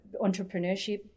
entrepreneurship